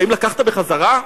האם לקחת בחזרה?